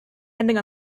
ending